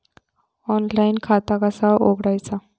Online खाता कसा उघडायचा?